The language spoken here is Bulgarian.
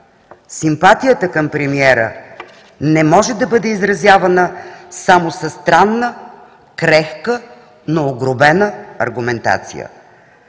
Симпатията към премиера не може да бъде изразявана само със странна, крехка, но огрубена аргументация.